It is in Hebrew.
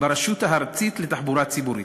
ברשות הארצית לתחבורה ציבורית.